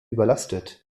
überlastet